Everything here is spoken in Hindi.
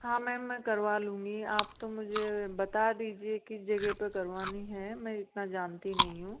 हाँ मैम मैं करवा लूंगी आप तो मुझे बता दीजिए किस जगह पर करानी हैं मैं इतना जानती नहीं हूँ